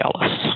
jealous